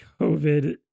COVID